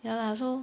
ya lah so